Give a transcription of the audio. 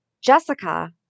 Jessica